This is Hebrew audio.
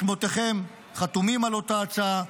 שמותיכם חתומים על אותה הצעה.